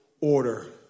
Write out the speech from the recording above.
order